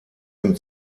dem